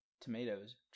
tomatoes